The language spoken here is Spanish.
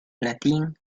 latín